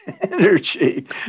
energy